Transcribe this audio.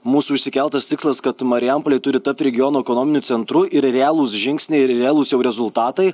mūsų išsikeltas tikslas kad marijampolė turi tapt regiono ekonominiu centru ir realūs žingsniai ir realūs jau rezultatai